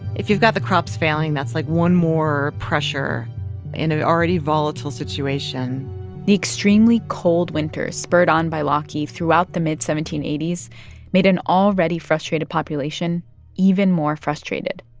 if you've got the crops failing, that's, like, one more pressure in an already volatile situation the extremely cold winters spurred on by laki throughout the mid seventeen eighty s made an already frustrated population even more frustrated.